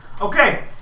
Okay